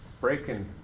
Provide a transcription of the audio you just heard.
breaking